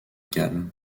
galles